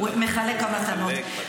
מחלק מתנות.